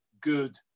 good